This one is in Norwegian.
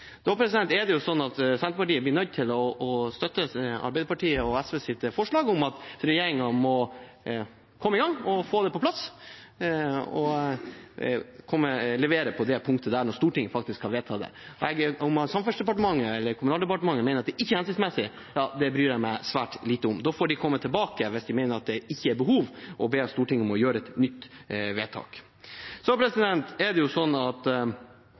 Da blir Senterpartiet nødt til å støtte Arbeiderpartiet og SVs forslag om at regjeringen må komme i gang og få det på plass, levere på dette punktet, når Stortinget faktisk har vedtatt det. Om Samferdselsdepartementet eller Kommunal- og moderniseringsdepartementet mener at det ikke er hensiktsmessig – ja, det bryr jeg meg svært lite om. Da får de komme tilbake – hvis de mener at det ikke er behov – og be Stortinget om å fatte et nytt vedtak. Statsråden er inne på at man har hatt et romslig kommune- og fylkesopplegg. Det